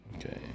Okay